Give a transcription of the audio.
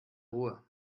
ruhe